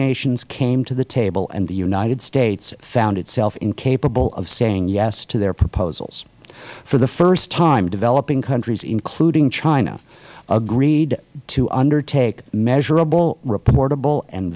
nations came to the table and the united states found itself incapable of saying yes to their proposals for the first time developing countries including china agreed to undertake measurable reportable and